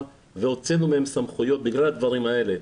והוצאנו מהם סמכויות בגלל הדברים האלה,